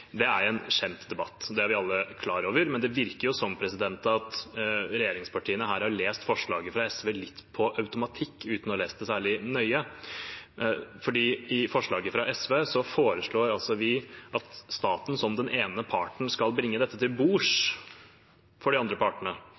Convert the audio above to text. Det er en kjent debatt, det er vi alle klar over, men det virker som at regjeringspartiene her har lest forslaget fra SV litt på automatikk, at de ikke har lest det særlig nøye. SV foreslår altså at staten som den ene parten skal bringe dette til bords for de andre partene,